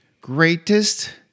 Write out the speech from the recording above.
greatest